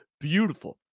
beautiful